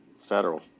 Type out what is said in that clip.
federal